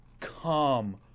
Come